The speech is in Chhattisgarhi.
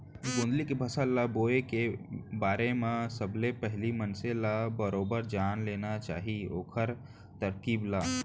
गोंदली के फसल ल बोए के बारे म सबले पहिली मनसे ल बरोबर जान लेना चाही ओखर तरकीब ल